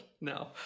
no